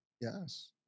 Yes